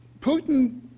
Putin